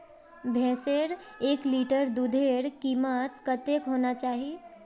भैंसेर एक लीटर दूधेर कीमत कतेक होना चही?